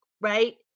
right